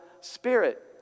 spirit